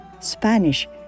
Spanish